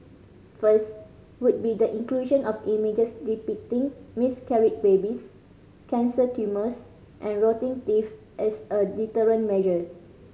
first would be the inclusion of images depicting miscarried babies cancer tumours and rotting teeth as a deterrent measure